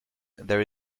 there